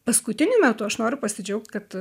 paskutiniu metu aš noriu pasidžiaugt kad